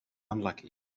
unlucky